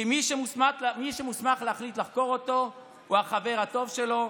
כי מי שמוסמך להחליט לחקור אותו הוא החבר הטוב שלו,